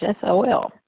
SOL